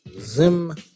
Zim